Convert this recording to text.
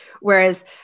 whereas